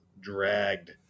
dragged